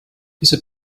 diese